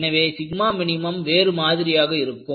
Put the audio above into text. எனவே minவேறு மாதிரியாக இருக்கும்